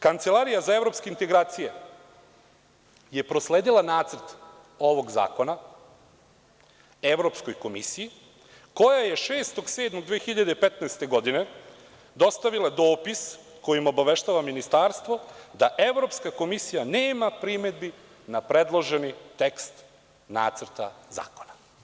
Kancelarija za Evropske integracije je prosledila nacrt ovog zakona Evropskoj komisiji, koja je 6. jula 2015. godine dostavila dopis kojim obaveštava ministarstvo da Evropska komisija nema primedbi na predloženi tekst nacrta zakona.